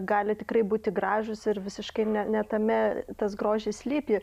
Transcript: gali tikrai būti gražūs ir visiškai ne ne tame tas grožis slypi